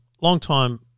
long-time